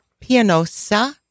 Pianosa